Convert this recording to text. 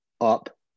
up